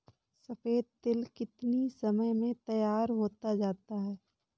सफेद तिल कितनी समय में तैयार होता जाता है?